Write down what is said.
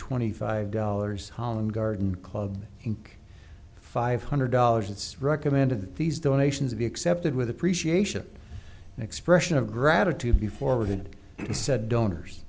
twenty five dollars holland garden club inc five hundred dollars it's recommended that these donations be accepted with appreciation an expression of gratitude be forwarded and he said donors